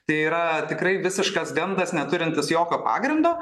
tai yra tikrai visiškas gandas neturintis jokio pagrindo